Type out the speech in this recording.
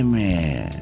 man